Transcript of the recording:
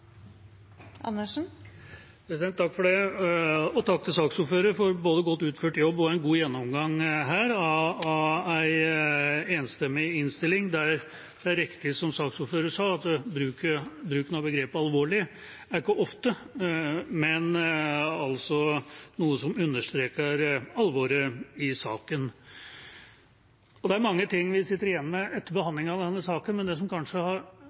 Takk til saksordføreren for både en godt utført jobb og en god gjennomgang her av en enstemmig innstilling. Det er riktig som saksordføreren sa, at bruken av begrepet «alvorlig» skjer ikke ofte, men er altså noe som understreker alvoret i saken. Det er mange ting vi sitter igjen med etter behandlingen av denne saken, men en av de tingene som